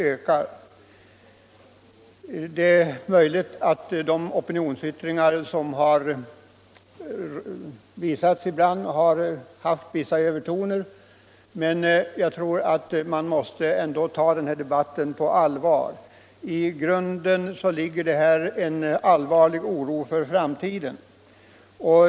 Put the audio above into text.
Det är möjligt att de opinionsyttringar som har gjorts ibland har haft vissa övertoner, men jag tror att man ändå måste ta den här debatten på allvar. I grunden ligger det här en allvarlig oro för framtiden.